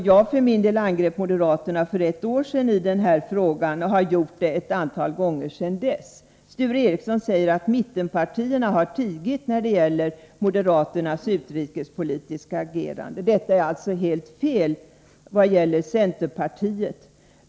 Jag för min del angrep moderaterna för ett år sedan i den här frågan, och jag har gjort det ett antal gånger sedan dess. Sture Ericson säger att mittenpartierna har tigit i fråga om moderaternas utrikespolitiska agerande. Detta är alltså helt fel när det gäller centerpartiet.